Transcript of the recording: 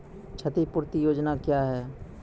क्षतिपूरती योजना क्या हैं?